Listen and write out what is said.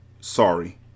Sorry